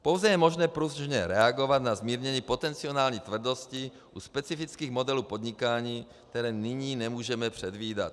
Pouze je možné pružně reagovat na zmírnění potenciální tvrdosti u specifických modelů podnikání, které nyní nemůžeme předvídat.